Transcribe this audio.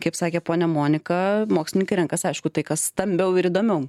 kaip sakė ponia monika mokslininkai renkas aišku tai kas stambiau ir įdomiau